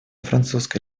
французской